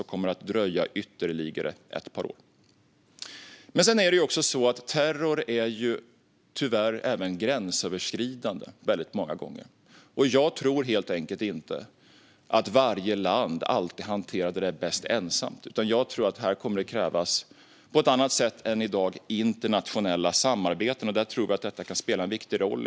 Den kommer att dröja ytterligare ett par år. Tyvärr är ju terror även gränsöverskridande väldigt många gånger. Jag tror helt enkelt inte att varje land alltid hanterar detta bäst ensamt. Jag tror att det på ett annat sätt än i dag kommer att krävas internationella samarbeten, och där tror vi att detta kan spela en viktig roll.